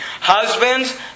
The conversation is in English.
Husbands